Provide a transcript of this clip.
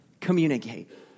Communicate